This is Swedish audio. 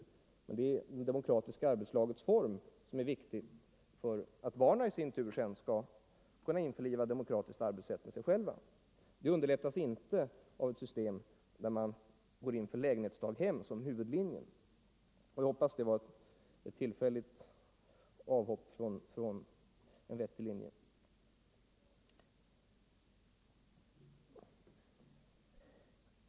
Det är det demokratiska arbetslagets form som är viktig för att barnen i sin tur sedan skall kunna tillämpa ett demokratiskt arbetssätt, och detta underlättas inte av ett system där man går in för lägenhetsdaghem som en huvudlinje. Jag hoppas att det var ett tillfälligt avhopp från en vettig linje.